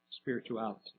spirituality